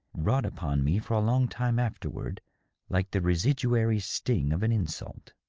wrought upon me for a long time afterward like the residuary sting of an insult.